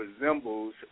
resembles